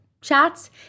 chats